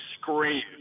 scream